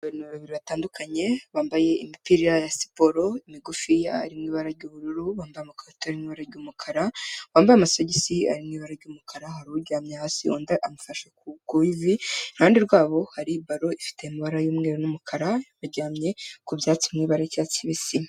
Abantu babiri batandukanye bambaye imipira ya siporo migufiya harimo ibara ry'ubururu, bambaye amakabutura ari mu ibara ry'umukara, wambaye amasogisi ari mu ibara ry'umukara, hari uryamye hasi undi amufashe ku ivi, iruhande rwabo hari baro ifite amabara y'umweru n'umukara baryamye ku byatsi mu ibara ry'icyatsi kibisi.